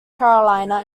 carolina